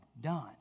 done